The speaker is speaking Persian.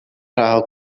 رها